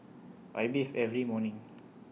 I bathe every morning